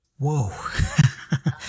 Whoa